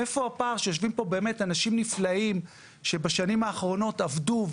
מאיפה הפער שיושבים פה באמת אנשים נפלאים שבשנים האחרונות עבדו,